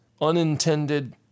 unintended